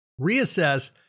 reassess